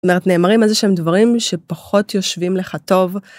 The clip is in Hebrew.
נאמרים איזה שהם דברים שפחות יושבים לך טוב.